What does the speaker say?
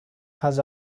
has